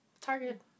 Target